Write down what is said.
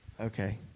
Okay